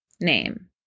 name